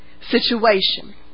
situation